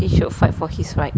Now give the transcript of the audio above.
he should fight for his right